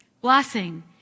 blessing